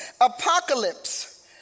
apocalypse